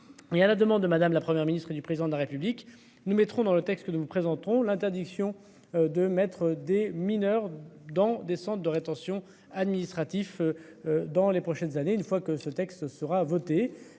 Et à la demande de madame, la Première ministre et du président de la République, nous mettrons dans le texte que nous vous présenterons l'interdiction de mettre des mineurs dans des centres de rétention administratif. Dans les prochaines années, une fois que ce texte sera voté